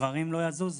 דברים לא יזוזו.